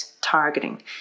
targeting